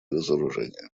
разоружения